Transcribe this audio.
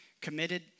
committed